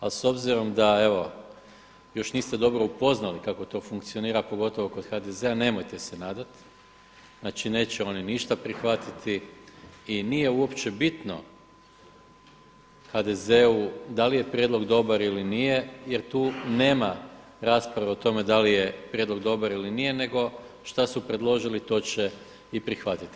Ali s obzirom da evo još niste dobro upoznali kako to funkcionira pogotovo kod HDZ-a nemojte se nadati, znači neće oni ništa prihvatiti i nije uopće bitno HDZ-u da li je prijedlog dobar ili nije jer tu nema rasprave o tome da li je prijedlog dobar ili nije nego što su predložili to će i prihvatiti.